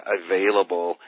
available